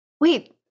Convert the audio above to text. wait